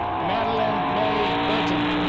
madelynn mae berton